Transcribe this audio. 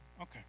okay